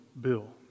Bill